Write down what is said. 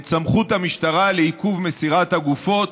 את סמכות המשטרה לעיכוב מסירת הגופות